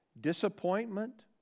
disappointment